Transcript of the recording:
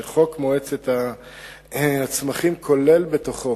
שחוק מועצת הצמחים כולל בתוכו